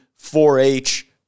4-H